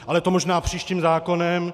Ale to možná příštím zákonem.